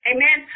Amen